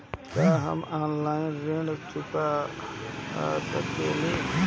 का हम ऑनलाइन ऋण चुका सके ली?